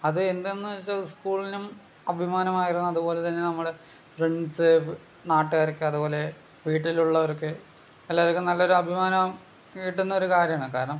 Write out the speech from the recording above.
അത് എന്തെണെന്ന് വെച്ചാൽ സ്കൂളിനും അഭിമാനമായിരുന്നു അതുപോലെ നമ്മുടെ ഫ്രണ്ട്സ് നാട്ടുകാരൊക്കെ അതുപോലെ വീട്ടിലുള്ളവരൊക്കെ എല്ലാവർക്കും നല്ലൊരു അഭിമാനം കിട്ടുന്നൊരു കാര്യമാണ് കാരണം